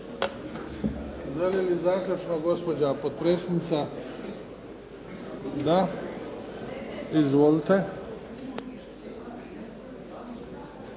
Želi li zaključno gospođa potpredsjednica? Da. Izvolite.